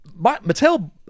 Mattel